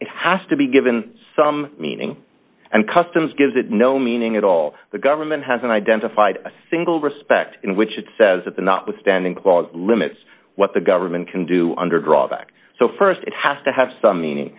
it has to be given some meaning and customs gives it no meaning at all the government has an identified a single respect in which it says that the notwithstanding clause limits what the government can do under drawback so st it has to have some meaning